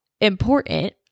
important